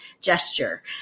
gesture